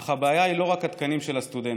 אך הבעיה היא לא רק התקנים של הסטודנטים